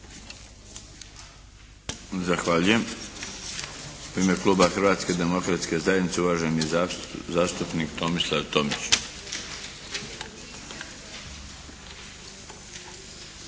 Zahvaljujem. U ime Kluba Hrvatske demokratske zajednice uvaženi zastupnik Tomislav Tomić.